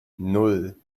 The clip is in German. nan